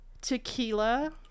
tequila